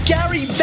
Gary